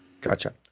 Gotcha